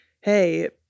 hey